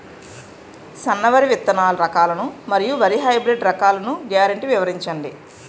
సన్న వరి విత్తనాలు రకాలను మరియు వరి హైబ్రిడ్ రకాలను గ్యారంటీ వివరించండి?